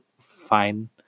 fine